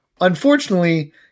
Unfortunately